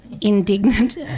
indignant